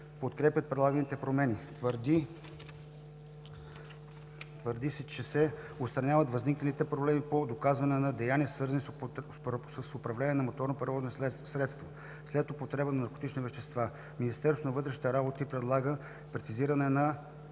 подкрепят предлаганите промени. Твърди се, че ще се отстранят възникналите проблеми по доказване на деяния, свързани с управление на моторно превозно средство след употреба на наркотични вещества. Министерството на вътрешните работи предлага прецизиране на